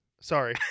Sorry